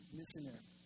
missionary